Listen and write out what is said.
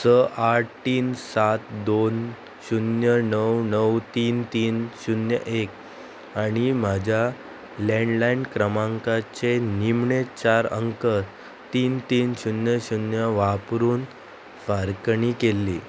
स आठ तीन सात दोन शुन्य णव णव तीन तीन शुन्य एक आनी म्हज्या लॅंडलायन क्रमांकाचे निमणें चार अंक तीन तीन शुन्य शुन्य वापरून फारकणी केल्ली